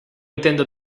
intente